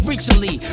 Recently